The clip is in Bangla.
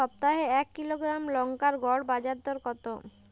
সপ্তাহে এক কিলোগ্রাম লঙ্কার গড় বাজার দর কতো?